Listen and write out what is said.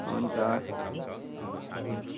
हुन्छ हुन्छ